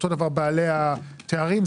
אותו דבר בעלי התארים,